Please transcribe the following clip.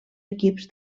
equips